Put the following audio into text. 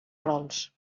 rols